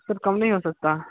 sir कम नहीं हो सकता